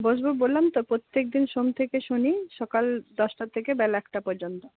বসব বললাম তো প্রত্যেকদিন সোম থেকে শনি সকাল দশটা থেকে বেলা একটা পর্যন্ত